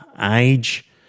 age